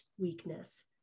weakness